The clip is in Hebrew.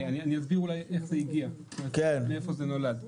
אני אסביר אולי איך זה הגיע, מאיפה זה נולד.